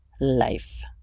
life